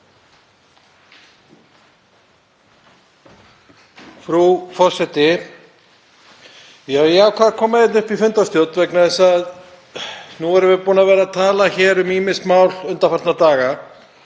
Frú forseti. Ég ákvað að koma upp í fundarstjórn vegna þess að nú erum við búin að vera að tala hér um ýmis mál undanfarna daga